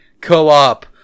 co-op